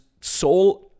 soul